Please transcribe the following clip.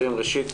ראשית,